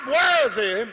worthy